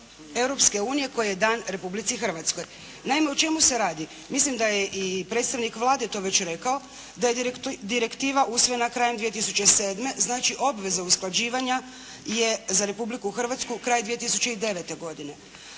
Europske unije koji je dan Republici Hrvatskoj. Naime o čemu se radi? Mislim da je i predstavnik Vlade to već rekao, da je direktiva usvojena krajem 2007. znači obveza usklađivanja je za Republiku Hrvatsku kraj 2009. godine.